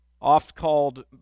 oft-called